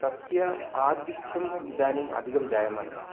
तस्य आधिक्यम् इदानीम् अधिकं जायमानमस्ति